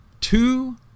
two